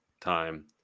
time